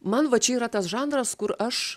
man va čia yra tas žanras kur aš